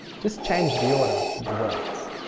just change the order of the words!